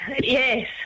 Yes